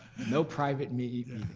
no private meetings.